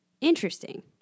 interesting